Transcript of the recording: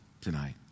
tonight